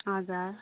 हजुर